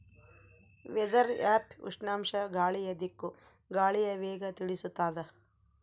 weather app ಉಷ್ಣಾಂಶ ಗಾಳಿಯ ದಿಕ್ಕು ಗಾಳಿಯ ವೇಗ ತಿಳಿಸುತಾದ